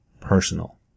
personal